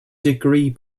degree